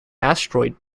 asteroid